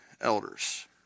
elders